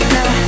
Now